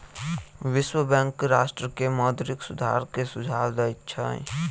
विश्व बैंक राष्ट्र के मौद्रिक सुधार के सुझाव दैत छै